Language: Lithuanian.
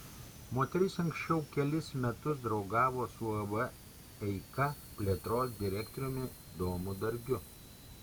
moteris anksčiau kelis metus draugavo su uab eika plėtros direktoriumi domu dargiu